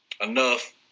enough